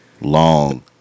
long